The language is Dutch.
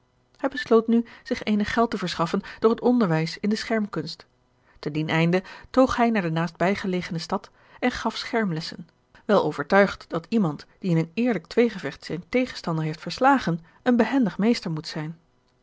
hij besloot nu zich eenig geld te verschaffen door het onderwijs in de schermkunst te dien einde toog hij naar de naastbijgelegene stad en gaf schermlessen wel overtuigd dat iemand die in een eerlijk tweegevecht zijn tegenstander heeft verslagen een behendig meester moet zijn